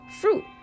fruit